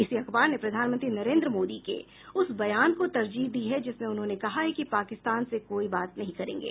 इसी अखबार ने प्रधानमंत्री नरेन्द्र मोदी के उस बयान को तरजीह दी है जिसमें उन्होंने कहा है कि पाकिस्तान से कोई बात नहीं करेंगे